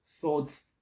Thoughts